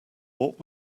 what